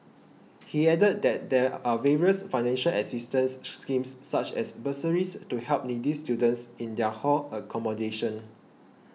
he added that there are various financial assistance schemes such as bursaries to help needy students in their hall accommodation